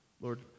Lord